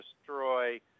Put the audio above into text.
destroy